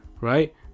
right